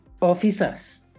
officers